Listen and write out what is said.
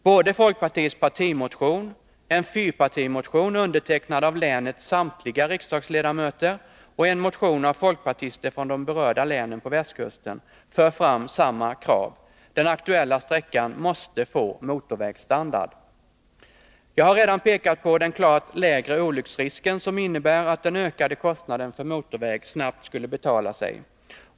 Både folkpartiets partimotion, en fyrpartimotion undertecknad av länets samtliga riksdagsledamöter och en motion av folkpartister från de berörda länen på västkusten för fram samma krav: Den aktuella sträckan måste få motorvägsstandard! Jag har redan pekat på den klart lägre olycksrisken, som innebär att den ökade kostnaden för motorväg snabbt skulle betala sig.